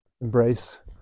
embrace